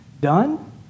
done